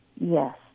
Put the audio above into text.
Yes